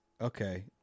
Okay